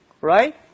right